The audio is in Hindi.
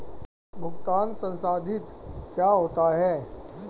भुगतान संसाधित क्या होता है?